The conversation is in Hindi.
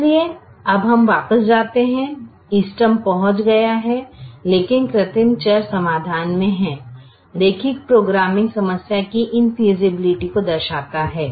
इसलिए अब हम वापस जाते हैं संदर्भ समय 1903 इष्टतम पहुंच गया है लेकिन कृत्रिम चर समाधान में है रैखिक प्रोग्रामिंग समस्या की इंफ़ेयसिबिलिटी को दर्शाता है